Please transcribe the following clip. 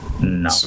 No